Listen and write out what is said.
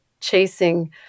chasing